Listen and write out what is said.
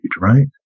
right